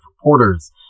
reporters